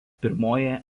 pirmoji